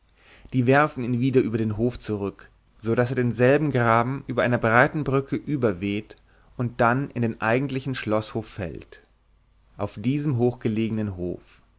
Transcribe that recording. die werfen ihn wieder über den hof zurück sodaß er denselben graben über einer breiten brücke überweht und dann in den eigentlichen schloßhof fällt auf diesem hochgelegenen hof